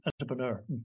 entrepreneur